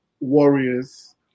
warriors